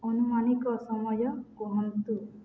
ଅନୁମାନିକ ସମୟ କୁହନ୍ତୁ